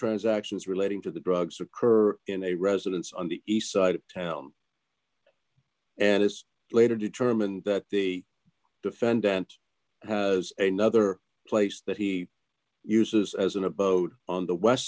transactions relating to the drugs occur in a residence on the east side of town and it's later determined that the defendant has a nother place that he uses as an abode on the west